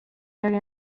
jag